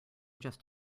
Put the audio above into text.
just